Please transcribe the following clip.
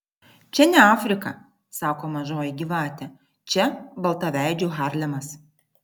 čia ne afrika sako mažoji gyvatė čia baltaveidžių harlemas